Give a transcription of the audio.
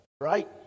right